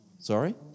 Sorry